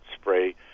spray